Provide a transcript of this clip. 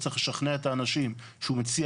הוא צריך לשכנע את האנשים שהוא מציע